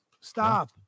Stop